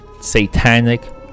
Satanic